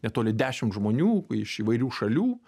netoli dešimt žmonių iš įvairių šalių